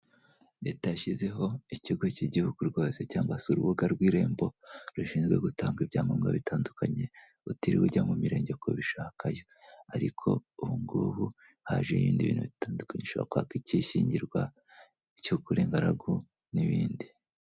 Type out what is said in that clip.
Leta yashyizeho ikigo cy'igihugu rwose cyangwa se urubuga rw'irembo rushinzwe gutanga ibyangombwa bitandukanye, utiriwe ujya mu mirenge kubishakayo, ariko ubungubu haje ibindi bintu bitandukanye ushobora kwaka ik'ishyingirwa icy'uko uri ingaragu n'ibindi.